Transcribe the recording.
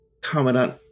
Commandant